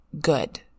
good